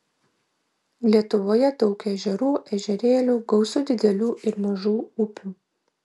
lietuvoje daug ežerų ežerėlių gausu didelių ir mažų upių